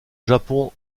japon